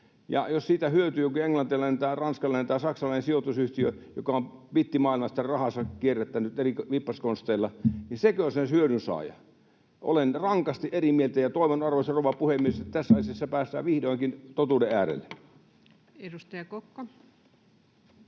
ja jos siitä hyötyy joku englantilainen tai ranskalainen tai saksalainen sijoitusyhtiö, joka on bittimaailmassa rahansa kierrättänyt eri vippaskonsteilla, niin sekö on sen hyödyn saaja? Olen rankasti eri mieltä, ja toivon, arvoisa rouva puhemies, että tässä asiassa päästään vihdoinkin totuuden äärelle. Edustaja Kokko.